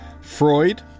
Freud